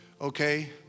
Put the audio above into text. okay